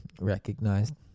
recognized